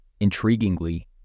Intriguingly